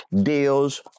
deals